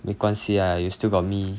没关系 ah you still got me